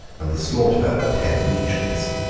and the slaughter of ten legions.